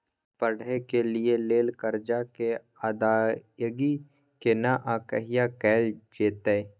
पढै के लिए लेल कर्जा के अदायगी केना आ कहिया कैल जेतै?